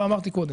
ואמרתי קודם,